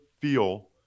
feel